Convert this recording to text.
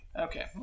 Okay